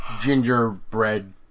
gingerbread